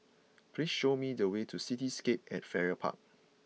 please show me the way to Cityscape at Farrer Park